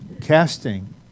casting